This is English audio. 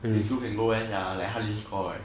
thirty two can go where sia like highland score leh